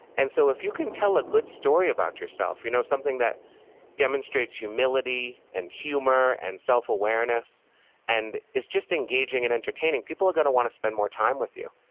so if you can tell a good story about yourself, you know something that demonstrates humility and humor and self-awareness and it's just engaging and entertaining, people are going to want to spend more time with you.